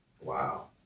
Wow